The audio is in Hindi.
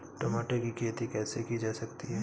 टमाटर की खेती कैसे की जा सकती है?